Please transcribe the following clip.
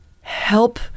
help